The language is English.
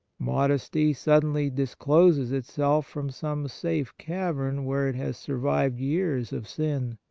modesty suddenly dis closes itself from some safe cavern where it has survived years of sin.